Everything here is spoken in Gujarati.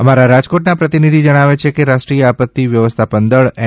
અમારા રાજકોટના પ્રતિનિધિ જણાવે છે કે રાષ્ટ્રીય આપત્તિ વ્યવસ્થાપન દળ એન